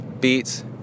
beats